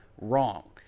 wrong